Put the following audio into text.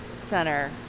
Center